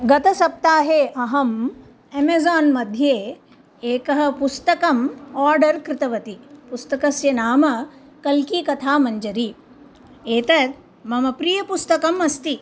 गतसप्ताहे अहम् अमेज़ान् मध्ये एकं पुस्तकम् ओर्डर् कृतवति पुस्तकस्य नाम कल्की कथा मञ्जरी एतत् मम प्रियपुस्तकम् अस्ति